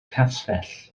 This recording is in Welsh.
castell